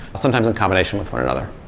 sometimes in combination with one another.